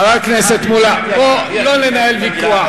חבר הכנסת מולה, לא לנהל ויכוח.